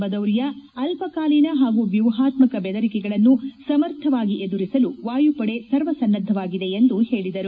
ಬದೌರಿಯಾ ಅಲ್ಲಕಾಲೀನ ಹಾಗೂ ವ್ಯೂಹಾತ್ಕಕ ಬೆದರಿಕೆಗಳನ್ನು ಸಮರ್ಥವಾಗಿ ಎದುರಿಸಲು ವಾಯುಪಡೆ ಸರ್ವಸನ್ನದ್ದವಾಗಿದೆ ಎಂದು ಹೇಳಿದರು